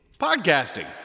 Podcasting